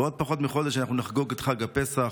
בעוד פחות מחודש אנחנו נחגוג את חג הפסח.